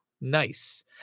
nice